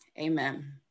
amen